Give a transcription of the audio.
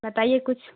بتائیے کچھ